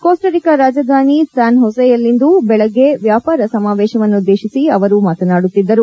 Costa Rica ರಾಜಧಾನಿ ಸ್ಥಾನ್ಹೊಸೆಯಲ್ಲಿಂದು ಬೆಳಗ್ಗೆ ವ್ಯಾಪಾರ ಸಮಾವೇಶವನ್ನು ಉದ್ದೇಶಿಸಿ ಅವರು ಮಾತನಾಡುತ್ತಿದ್ದರು